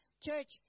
Church